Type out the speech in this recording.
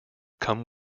come